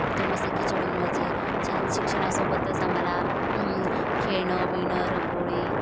दोन वाजता खिचडी मिळायची छान शिक्षणासोबतच आम्हाला खेळणं बिळणं रांगोळी